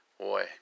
Boy